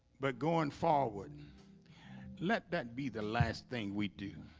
but going forward let that be the last thing we do